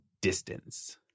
distance